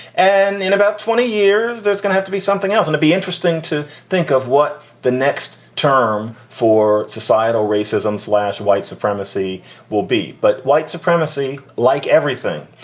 and in about twenty years, there's going to have to be something else. and to be interesting to think of what the next term for societal racism slash white supremacy will be. but white supremacy, like everything,